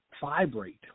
vibrate